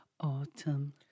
Autumn